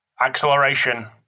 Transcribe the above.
acceleration